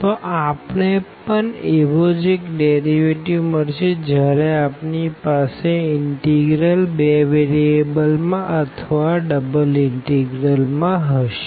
તો આપણે પણ એવો જ એક ડેરીવેટીવ મળશે જયારે આપણી પાસે ઇનટેગરલ બે વેરીએબલમાં અથવા ડબલ ઇનટેગરલ માં હશે